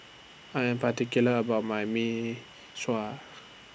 I Am particular about My Mee Sua